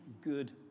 good